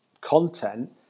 content